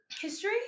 history